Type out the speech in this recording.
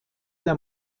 der